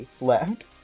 left